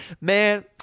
man